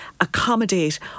accommodate